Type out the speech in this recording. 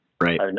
Right